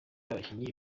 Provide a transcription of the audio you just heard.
abakinnyi